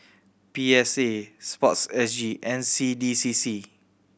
P S A Sports S G N C D C C